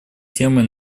темой